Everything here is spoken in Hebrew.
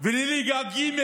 ולליגה ג',